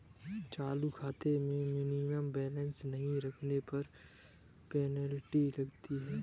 चालू खाते में मिनिमम बैलेंस नहीं रखने पर पेनल्टी लगती है